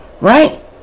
Right